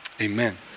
Amen